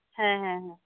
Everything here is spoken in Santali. ᱦᱮᱸ ᱦᱮᱸ